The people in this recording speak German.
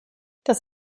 das